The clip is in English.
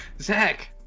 Zach